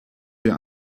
wir